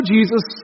Jesus